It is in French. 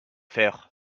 faire